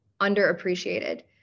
underappreciated